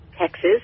Texas